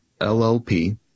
LLP